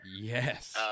Yes